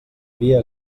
via